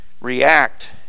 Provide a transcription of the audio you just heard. react